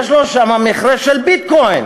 יש לו שם מכרה של "ביטקוין",